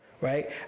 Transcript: Right